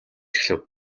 эхлэв